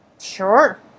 sure